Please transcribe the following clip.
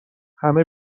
همه